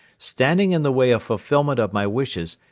standing in the way of fulfilment of my wishes,